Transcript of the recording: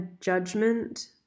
judgment